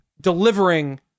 delivering